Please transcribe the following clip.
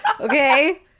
okay